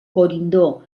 corindó